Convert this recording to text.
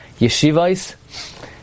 yeshivas